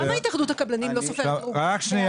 למה התאחדות הקבלנים לא סופר את ההרוגים באיו"ש?